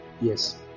Yes